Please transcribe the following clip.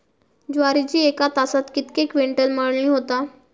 ज्वारीची एका तासात कितके क्विंटल मळणी होता?